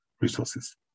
resources